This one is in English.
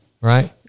Right